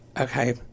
okay